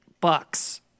Bucks